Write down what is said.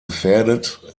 gefährdet